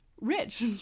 rich